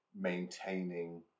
maintaining